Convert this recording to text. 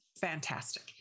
Fantastic